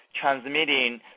transmitting